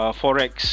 forex